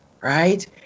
right